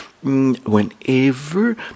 whenever